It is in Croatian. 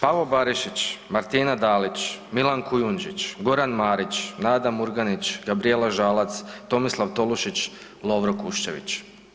Pavo Barišić, Martina Dalić, Milan Kujundžić, Goran Marić, Nada Murganić, Gabrijela Žalac, Tomislav Tolušić, Lovro Kušćević.